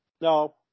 No